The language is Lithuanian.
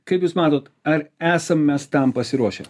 kaip jūs matot ar esam mes tam pasiruošę